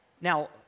Now